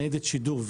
ניידת שידור,